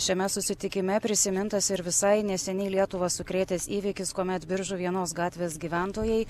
šiame susitikime prisimintas ir visai neseniai lietuvą sukrėtęs įvykis kuomet biržų vienos gatvės gyventojai